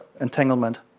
entanglement